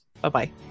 Bye-bye